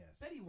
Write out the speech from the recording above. yes